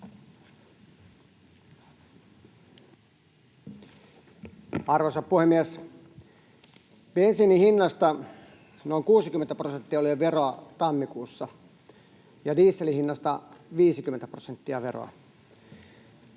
Arvoisa puhemies! Tammikuussa bensiinin hinnasta noin 60 prosenttia oli jo veroa ja dieselin hinnasta 50 prosenttia veroa.